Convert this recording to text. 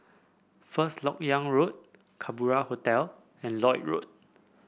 First LoK Yang Road Kerbau Hotel and Lloyd Road